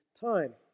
time